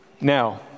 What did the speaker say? Now